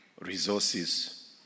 resources